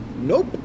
Nope